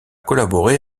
collaboré